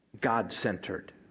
God-centered